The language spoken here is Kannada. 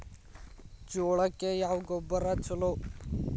ಜೋಳಕ್ಕ ಯಾವ ಗೊಬ್ಬರ ಛಲೋ?